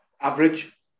Average